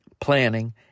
planning